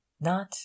not